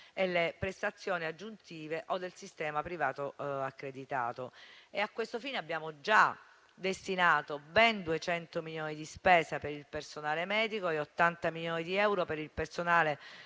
e le prestazioni aggiuntive o del sistema privato accreditato. A questo fine abbiamo già destinato ben 200 milioni di euro per il personale medico e 80 milioni di euro per il personale destinato;